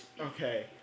Okay